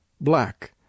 black